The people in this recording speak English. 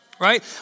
right